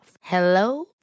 Hello